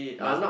must